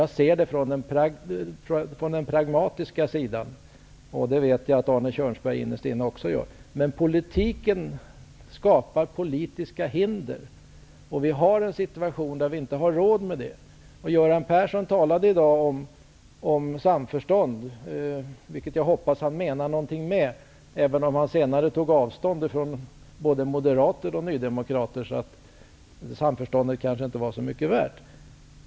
Jag ser frågan från den pragmatiska sidan. Det vet jag att Arne Kjörnsberg innerst inne också gör. Men politiken skapar politiska hinder. Vi har en situation där vi inte har råd med det. Göran Persson talade i dag om samförstånd, vilket jag hoppas att han menade någonting med, även om han senare tog avstånd både från moderater och nydemokrater. Samförståndet kanske inte var så mycket värt.